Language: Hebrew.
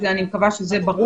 אני מקווה שזה ברור.